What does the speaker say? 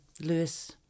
Lewis